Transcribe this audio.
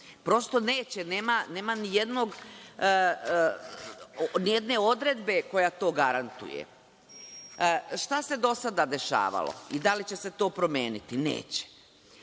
Prosto neće, nema ni jedne odredbe koja to garantuje. Šta se do sada dešavalo i da li će se to promeniti? Neće.